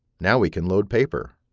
now we can load paper.